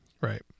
Right